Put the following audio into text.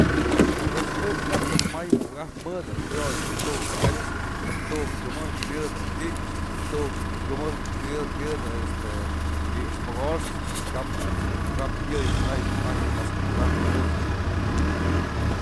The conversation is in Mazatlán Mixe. Pues ëch kap ech mëjk may mukëkap mëdë jyoyë tu'uk mët'syë, tu'uk jyumëd myëdë i'ixë, tu'uk jyumëd myëdë este i'ixë mokoxkë kap a'ax, yëyë ajtyë mas mukëkap ech.